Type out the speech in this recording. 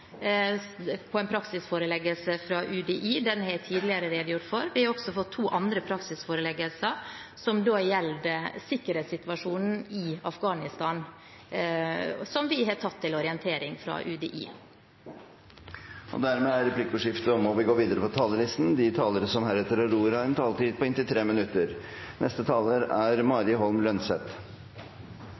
på en praksisforeleggelse fra UDI, den har jeg tidligere redegjort for. Vi har også fått to andre praksisforeleggelser fra UDI som gjelder sikkerhetssituasjonen i Afghanistan, og som vi har tatt til orientering. Replikkordskiftet er omme. De talere som heretter får ordet, har en taletid på inntil 3 minutter. Det er om lag 65 millioner mennesker på flukt i verden. Noen flykter fra krig. Andre er